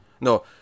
No